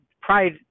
pride